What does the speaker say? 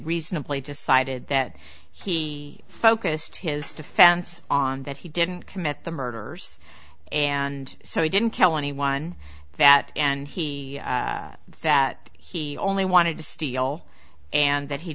reasonably decided that he focused his defense on that he didn't commit the murders and so he didn't kill anyone that and he that he only wanted to steal and that he